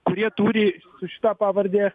kurie turi su šita pavarde